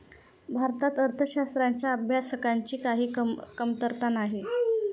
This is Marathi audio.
भारतात अर्थशास्त्राच्या अभ्यासकांची काही कमतरता नाही